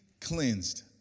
cleansed